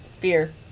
beer